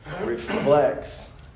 reflects